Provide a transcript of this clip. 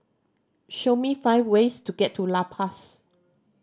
show me five ways to get to La Paz